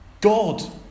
God